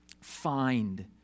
find